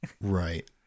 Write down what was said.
Right